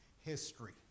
history